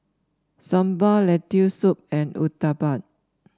Sambar Lentil Soup and Uthapam